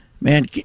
Man